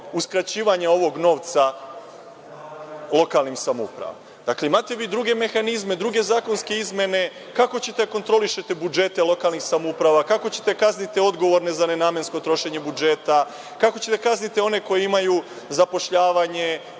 uskraćivanja ovog novca lokalnim samoupravama. Dakle, imate vi druge mehanizme, druge zakonske izmene kako ćete da kontrolišete budžete lokalnih samouprava, kako ćete da kaznite odgovorne za nenamensko trošenje budžeta, kako ćete da kaznite one koji imaju zapošljavanje